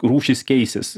rūšys keisis